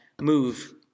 move